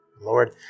Lord